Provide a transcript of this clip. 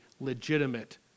legitimate